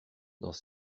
dans